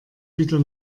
wieder